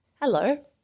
Hello